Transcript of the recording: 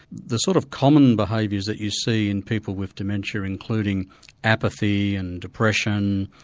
the sort of common behaviours that you see in people with dementia, including apathy and depression,